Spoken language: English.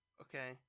Okay